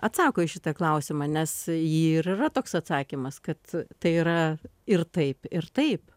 atsako į šitą klausimą nes ji ir yra toks atsakymas kad tai yra ir taip ir taip